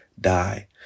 die